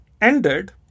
ended